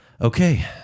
okay